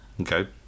Okay